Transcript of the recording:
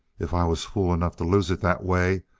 if i was fool enough to lose it that way,